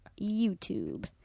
YouTube